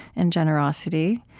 and generosity,